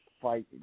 fight